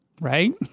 right